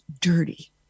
dirty